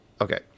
okay